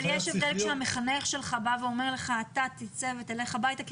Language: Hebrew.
אבל יש הבדל כשהמחנך שלך בא ואומר לך שאתה תצא ותלך הביתה כי